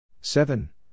seven